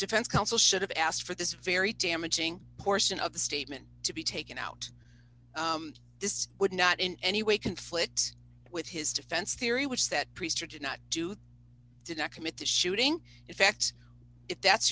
defense counsel should have asked for this very damaging portion of the statement to be taken out this would not in any way conflict with his defense theory which that priester did not do did not commit the shooting in fact if that's